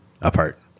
apart